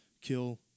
kill